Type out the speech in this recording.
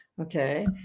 Okay